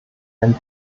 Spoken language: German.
ein